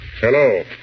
Hello